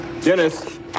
Dennis